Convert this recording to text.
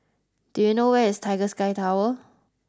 do you know where is Tiger Sky Tower